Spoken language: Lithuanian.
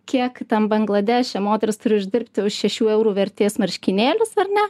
kiek tam bangladeše moteris turi uždirbti už šešių eurų vertės marškinėlius ar ne